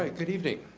ah good evening.